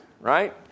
right